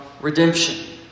redemption